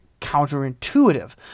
counterintuitive